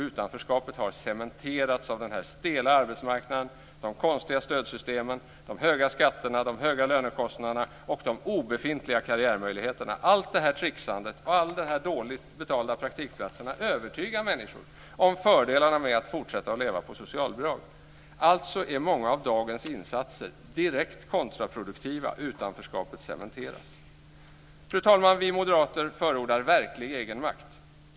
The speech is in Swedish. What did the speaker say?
Utanförskapet har cementerats av den här stela arbetsmarknaden, de konstiga stödsystemen, de höga skatterna, de höga lönekostnaderna och de obefintliga karriärmöjligheterna. Allt detta tricksande och alla dessa dåligt betalda praktikplatser övertygar människor om fördelarna med att fortsätta att leva på socialbidrag. Alltså är många av dagens insatser direkt kontraproduktiva. Utanförskapet cementeras. Fru talman! Vi moderater förordar verklig egenmakt.